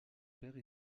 père